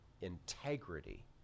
integrity